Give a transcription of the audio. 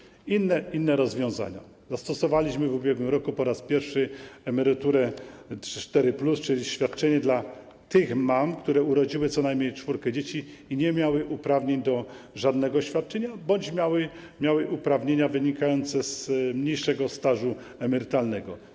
Jeśli chodzi o inne rozwiązania, zastosowaliśmy w ubiegłym roku po raz pierwszy emeryturę 4+, czyli świadczenie dla tych mam, które urodziły co najmniej czwórkę dzieci i nie miały uprawnień do żadnego świadczenia bądź miały uprawnienia wynikające z mniejszego stażu emerytalnego.